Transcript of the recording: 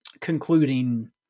concluding